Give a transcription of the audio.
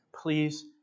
please